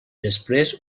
després